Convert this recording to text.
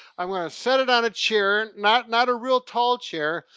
i'm gonna set it on a chair, and not, not a really tall chair.